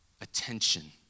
Attention